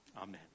Amen